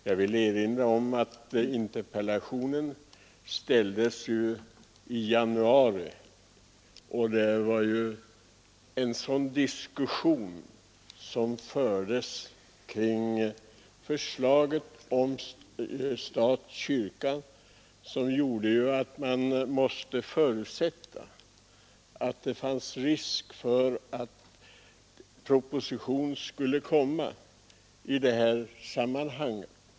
Jag vill erinra om att interpellationen framställdes i januari, då det fördes en sådan diskussion kring stat—kyrka-beredningens förslag att man måste förutsätta att det fanns risk för att proposition skulle komma.